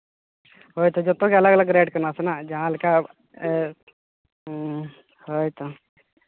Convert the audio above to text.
ᱦᱳᱭ ᱛᱚ ᱡᱚᱛᱚᱜᱮ ᱟᱞᱟᱜᱽ ᱟᱞᱟᱜᱽ ᱨᱮᱹᱴ ᱠᱟᱱᱟ ᱥᱮᱱᱟ ᱡᱟᱦᱟᱸ ᱞᱮᱠᱟ ᱦᱳᱭ ᱛᱚ